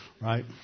right